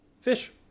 Fish